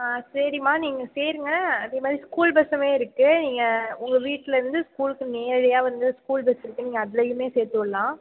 ஆ சரிமா நீங்கள் சேருங்கள் அதே மாதிரி ஸ்கூல் பஸ்ஸாகவே இருக்குது ஏ உங்கள் வீட்லிருந்து ஸ்கூலுக்கு நேரடியாக வந்து ஸ்கூல் பஸ் இருக்குது நீங்கள் அதுலேயுமே சேர்த்து விட்லாம்